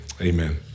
Amen